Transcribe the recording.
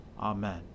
Amen